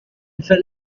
fell